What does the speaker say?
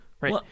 Right